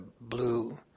blue